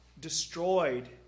destroyed